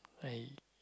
I